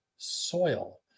soil